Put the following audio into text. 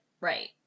Right